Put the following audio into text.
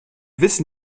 wissen